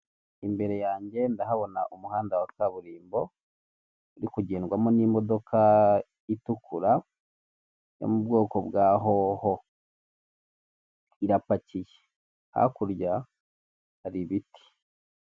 Imbere yanjye ndahabona umuhanda wa kaburimbo uri nkugendwamwo n' imodoka itukura yo mu bwoko bwa hoho, irapakiye hakurya hari ibiti.